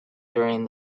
during